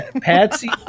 Patsy